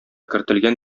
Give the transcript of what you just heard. кертелгән